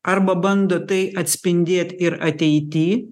arba bando tai atspindėt ir ateity